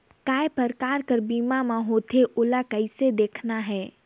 काय प्रकार कर बीमा मा होथे? ओला कइसे देखना है?